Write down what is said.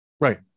right